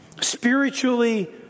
Spiritually